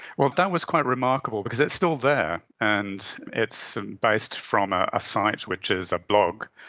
well, that was quite remarkable because it's still there, and it's based from ah a site which is a blog,